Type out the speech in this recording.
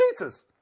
pizzas